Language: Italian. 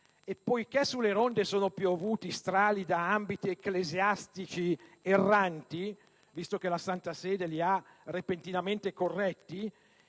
Poiché sulle ronde sono piovuti strali da ambiti ecclesiastici erranti, visto che la Santa Sede li ha repentinamente corretti,